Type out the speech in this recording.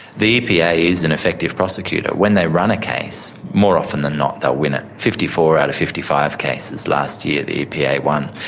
the epa is an effective prosecutor. when they run a case, more often than not they'll win it fifty four out of fifty five cases last year, the epa won.